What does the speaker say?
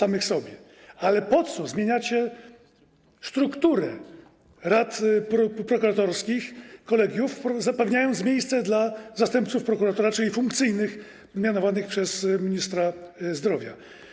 Ale po co zmieniacie strukturę rad prokuratorskich kolegiów, zapewniając miejsca zastępcom prokuratora, czyli funkcyjnym mianowanym przez ministra zdrowia?